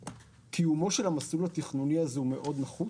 קיומו של המסלול התכנוני הזה הוא מאוד נחוץ,